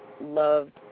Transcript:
loved